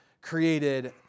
created